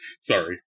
Sorry